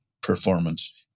performance